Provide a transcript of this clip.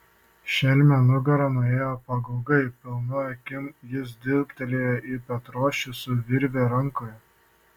šelmio nugara nuėjo pagaugai pilna akim jis dėbtelėjo į petrošių su virve rankoje